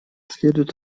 следует